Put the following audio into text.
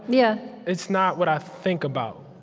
yeah it's not what i think about,